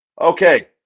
Okay